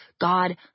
God